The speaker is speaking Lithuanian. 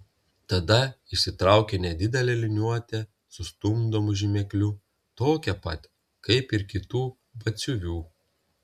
tada išsitraukė nedidelę liniuotę su stumdomu žymekliu tokią pat kaip ir kitų batsiuvių